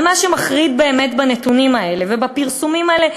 אבל מה שמחריד באמת בנתונים האלה ובפרסומים האלה,